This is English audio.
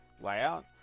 layout